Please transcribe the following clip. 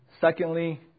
Secondly